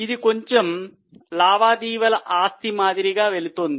ఇది కొంచము లావాదేవీల ఆస్తి మాదిరిగా వెళుతోంది